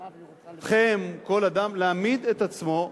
אתכם, כל אדם להעמיד את עצמו,